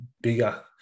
bigger